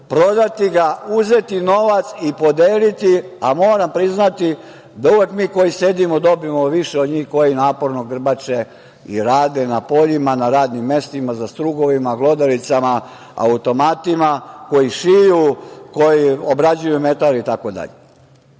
prodati ga, uzeti novac i podeliti, a moram priznati da uvek mi koji sedimo dobijemo više od njih koji naporno grbače i rade na poljima, na radnim mestima za strugovima, glodalicama, automatima koji šiju, koji obrađuju metal itd. Treba